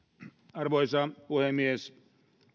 arvoisa puhemies